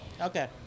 Okay